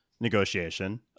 negotiation